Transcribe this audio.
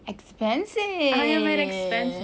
expensive